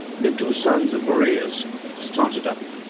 the two sons of boreas started up,